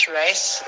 race